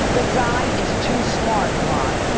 the guy is too smart, ron.